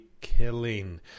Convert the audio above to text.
killing